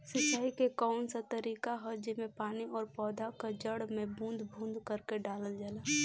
सिंचाई क कउन सा तरीका ह जेम्मे पानी और पौधा क जड़ में बूंद बूंद करके डालल जाला?